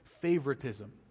favoritism